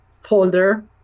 folder